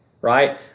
right